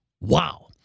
Wow